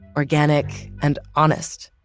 organic and honest.